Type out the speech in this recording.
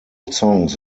songs